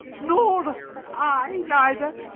nor i neither.